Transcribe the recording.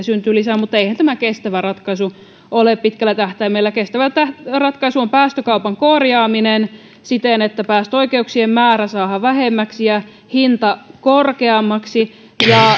syntyy lisää mutta eihän tämä kestävä ratkaisu ole pitkällä tähtäimellä kestävä ratkaisu on päästökaupan korjaaminen siten että päästöoikeuksien määrä saadaan vähemmäksi ja hinta korkeammaksi